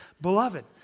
Beloved